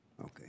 Okay